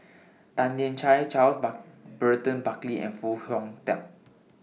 Tan Lian Chye Charles Burton Buckley and Foo Hong Tatt